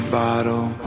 bottle